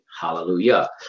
Hallelujah